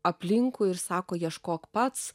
aplinkui ir sako ieškok pats